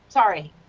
sorry.